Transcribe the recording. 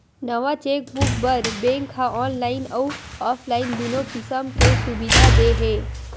नवा चेकबूक बर बेंक ह ऑनलाईन अउ ऑफलाईन दुनो किसम ले सुबिधा दे हे